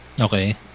Okay